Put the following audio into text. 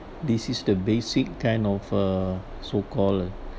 this is the basic kind of uh so call